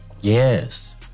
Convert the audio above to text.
Yes